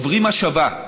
עוברים השבה.